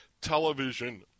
television